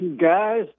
guys